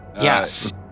Yes